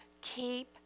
keep